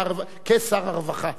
כשר הרווחה,